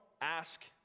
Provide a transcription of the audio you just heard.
ask